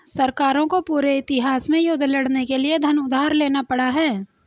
सरकारों को पूरे इतिहास में युद्ध लड़ने के लिए धन उधार लेना पड़ा है